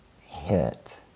hit